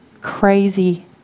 crazy